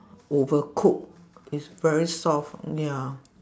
overcook is very soft ya